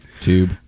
tube